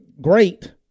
great